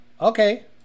Okay